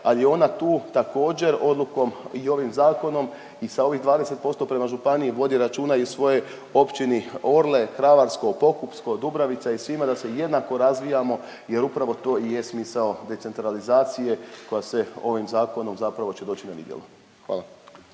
ali je ona tu također, odlukom i ovim Zakonom i sa ovih 20% prema županiji, vodi računa i o svojoj općini Orle, Kravarsko, Pokupsko, Dubravica i svima da se jednako razvijamo jer upravo to i je smisao decentralizacije koja se ovim Zakonom zapravo će doći na vidjelo. Hvala.